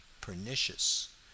pernicious